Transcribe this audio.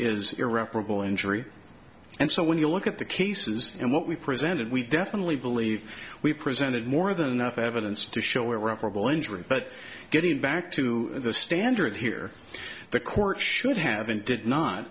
is irreparable injury and so when you look at the cases and what we presented we definitely believe we presented more than enough evidence to show where were operable injuries but getting back to the standard here the court should have and did not